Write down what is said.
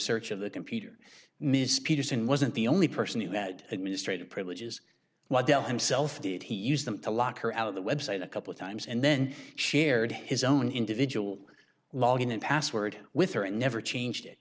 search of the computer ms peterson wasn't the only person who had administrative privileges waddell himself did he use them to lock her out of the website a couple of times and then shared his own individual logon and password with her and never changed it